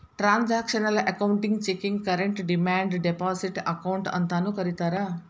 transactional ಅಕೌಂಟಿಗಿ checking current demand deposit account ಅಂತಾನೂ ಕರಿತಾರಾ